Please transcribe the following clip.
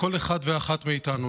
כל אחד ואחת מאיתנו,